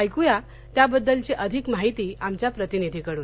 ऐकू या त्याबद्दलची अधिक माहिती आमच्या प्रतिनिधीकडून